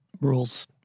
rules